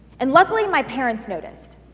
and luckily, my parents noticed.